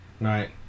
right